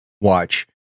watch